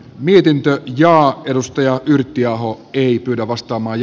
mietintöä ja edustaja yrttiaho ei yllä vastaa maj